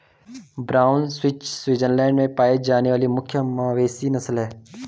brown Swiss Switzerland में पाई जाने वाली मुख्य मवेशी नस्ल है